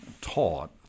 taught